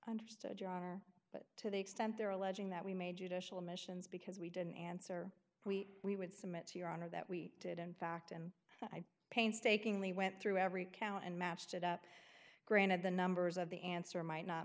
i understood your honor but to the extent they're alleging that we made judicial missions because we didn't answer we we would submit to your honor that we did in fact and i painstakingly went through every count and matched it up granted the numbers of the answer might not